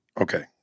Okay